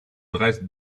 dresse